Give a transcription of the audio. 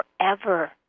forever